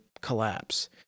collapse